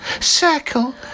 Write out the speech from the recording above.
circle